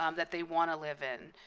um that they want to live in,